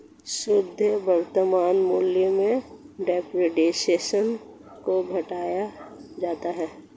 शुद्ध वर्तमान मूल्य में डेप्रिसिएशन को घटाया जाता है